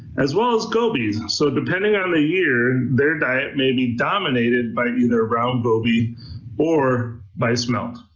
as well as gobies. so depending on the year, their diet may be dominated by either round goby or by smelt.